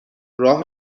راه